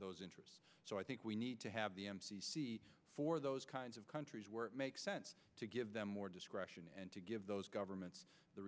those interests so i think we need to have for those kinds of countries where it makes sense to give them more discretion and to give those governments the